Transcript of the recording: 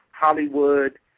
Hollywood